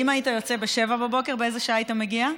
ואם היית יוצא ב-07:00, באיזו שעה היית מגיע?